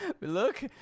Look